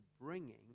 bringing